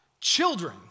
children